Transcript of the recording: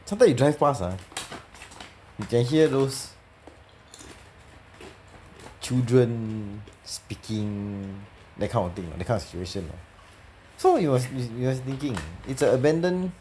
sometimes you drive past ah you can hear those children speaking that kind of thing that kind of situation so it was we was thinking it's a abandoned